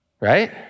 right